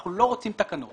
אנחנו לא רוצים תקנות